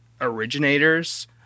originators